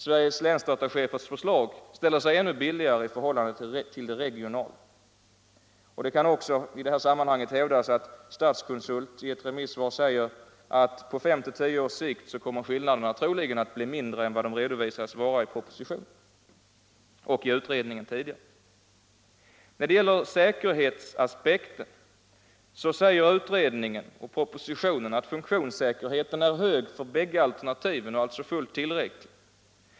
Sveriges länsdatachefers förslag ställer sig ännu billigare i förhållande till det regionala systemet. Det kan också i det här sammanhanget hävdas att Statskonsult i ett remissvar säger att på 5-10 års sikt kommer skillnaderna troligen att bli mindre än de redovisats vara i utredningen och i propositionen. När det gäller säkerhetsaspekten säger utredningen och propositionen att funktionssäkerheten är hög för bägge alternativen och alltså fullt tillräcklig.